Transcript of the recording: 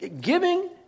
Giving